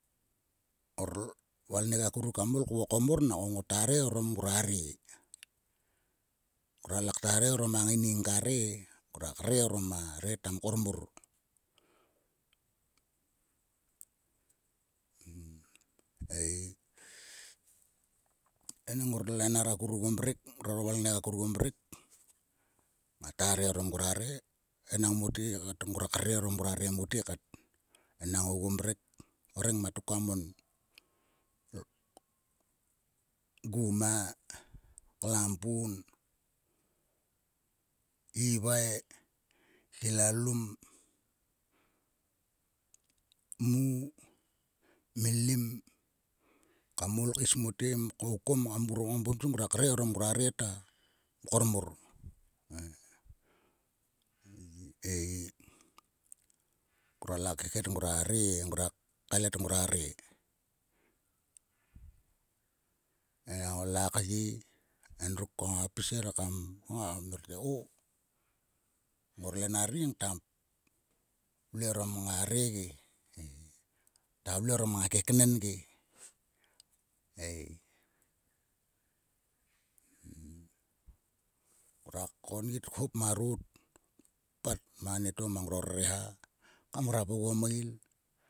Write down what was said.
Ngor valngneik akuruk kam ol kvokom mor nangko ngota re orom nguare. Ngoruaor kam re orom a ngaining ka re e. Ngruak re orom a re ta mkor mor. Ei enang ngor lenar akuruk oguo mrek. Ngroraro valngnek akuruk oguo mrek ngata re orom nguare. Enang mote kat ngruak re orom ngua re mote kat. Enang oguo mrek o rengmat ruk koa mon. Guma. Klampun. Iwai. Klalum. Muu. Mlim kam ol kaes mote ma kaukom kam grung ogu ngata re orom a re ta mkor mor ei. Ngruala kekhet ngroa kailet ngruare. E o la kye. endruk ko ngo pis e re kam. Nga mnor te o ngor lenar ri ngata vle orom nga re ge ei. Ta vle orom nga keknen ge ei. Ngruak konit hop marot. pat mang anieto mang ngruaro reha kam grap oguo meil.